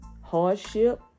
hardship